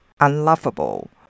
unlovable